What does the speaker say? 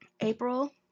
april